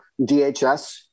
DHS